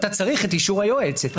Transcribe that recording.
אתה צריך את אישור היועצת.